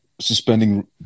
suspending